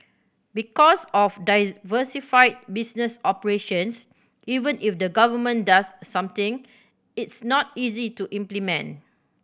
because of diversified business operations even if the Government does something it's not easy to implement